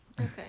Okay